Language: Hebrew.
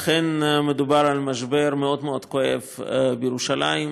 אכן, מדובר במשבר מאוד מאוד כואב, בירושלים.